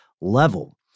level